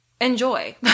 enjoy